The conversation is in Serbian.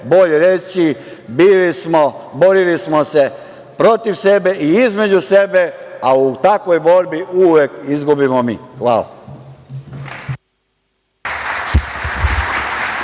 bolje reći, bili smo, borili smo se protiv sebe i između sebe, a u takvoj borbi uvek izgubimo mi. Hvala.